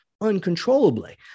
uncontrollably